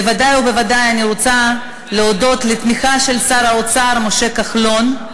בוודאי ובוודאי אני רוצה להודות על התמיכה של שר האוצר משה כחלון,